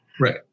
Right